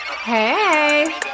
Hey